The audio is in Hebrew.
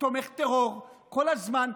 "תומך טרור" כל הזמן,